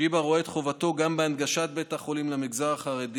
שיבא רואה את חובתו גם בהנגשת בית החולים למגזר החרדי,